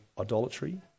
idolatry